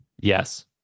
Yes